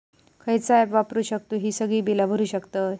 खयचा ऍप वापरू शकतू ही सगळी बीला भरु शकतय?